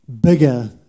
bigger